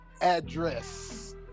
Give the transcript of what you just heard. address